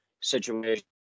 situation